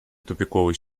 тупиковой